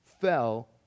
fell